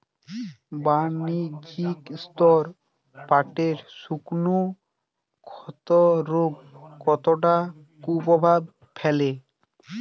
বাণিজ্যিক স্তরে পাটের শুকনো ক্ষতরোগ কতটা কুপ্রভাব ফেলে?